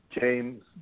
James